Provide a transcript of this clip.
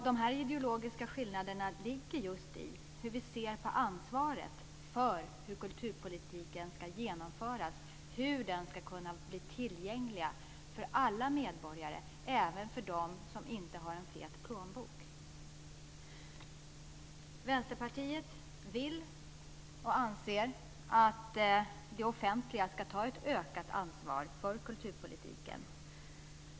De ideologiska skillnaderna ligger just i hur vi ser på ansvaret för hur kulturpolitiken ska genomföras, hur den ska kunna bli tillgänglig för alla medborgare, även för dem som inte har en fet plånbok. Vänsterpartiet vill och anser att det offentliga ska ta ett ökat ansvar för kulturpolitiken.